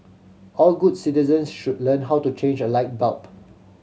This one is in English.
all good citizen should learn how to change a light bulb